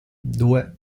due